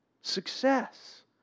success